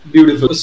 Beautiful